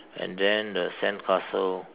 and then the sandcastle